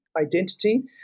identity